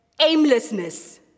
aimlessness